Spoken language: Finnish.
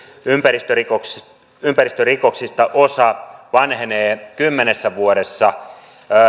ympäristörikoksista ympäristörikoksista osa vanhenee kymmenessä vuodessa